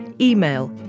Email